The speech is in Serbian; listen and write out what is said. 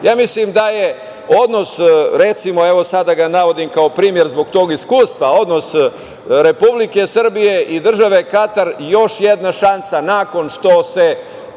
mislim da je odnos, recimo, evo sada ga navodim kao primer zbog tog iskustva, odnos Republike Srbije i Države Katar još jedna šansa nakon što se